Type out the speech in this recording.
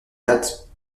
date